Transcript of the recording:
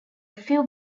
few